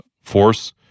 Force